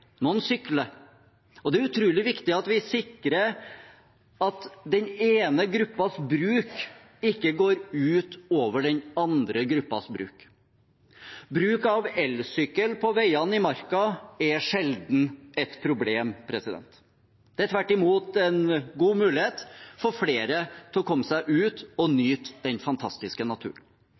noen sykler, og det er utrolig viktig at vi sikrer at den ene gruppens bruk ikke går ut over den andre gruppens bruk. Bruk av elsykkel på veiene i Marka er sjelden et problem. Det er tvert imot en god mulighet for flere til å komme seg ut og nyte den fantastiske naturen.